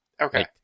Okay